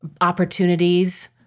opportunities